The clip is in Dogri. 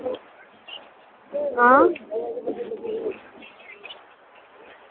हां